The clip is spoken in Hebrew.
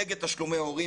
נגד תשלומי הורים.